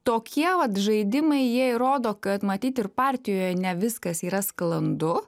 tokie vat žaidimai jie įrodo kad matyt ir partijoj ne viskas yra sklandu